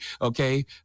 Okay